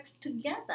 together